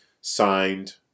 signed